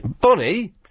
Bonnie